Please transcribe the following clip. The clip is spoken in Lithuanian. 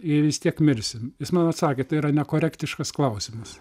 jei vis tiek mirsim jis man atsakė tai yra nekorektiškas klausimas